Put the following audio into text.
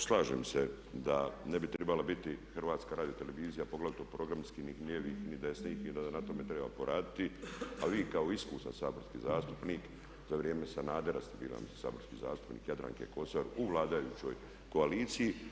Slažem se da ne bi trebala biti HRT, poglavito programski ni lijevi ni desni i da na tome treba poraditi a vi kao iskusan saborski zastupnik za vrijeme Sanadera ste bili mislim saborski zastupnik Jadranke Kosor u vladajućoj koaliciji.